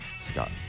Scott